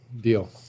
Deal